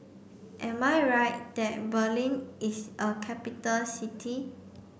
am I right that Berlin is a capital city